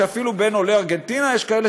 שאפילו בין עולי ארגנטינה יש כאלה